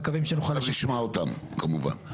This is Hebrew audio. נשמע אותם, כמובן.